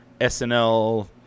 SNL